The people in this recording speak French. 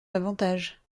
davantage